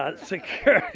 ah security.